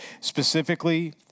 Specifically